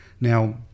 Now